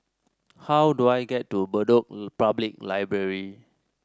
how do I get to Bedok Public Library